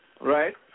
Right